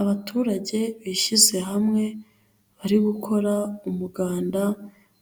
Abaturage bishyize hamwe, bari gukora umuganda